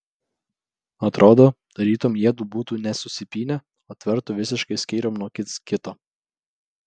atrodo tarytum jiedu būtų ne susipynę o tvertų visiškai skyrium nuo kits kito